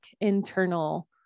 internal